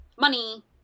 money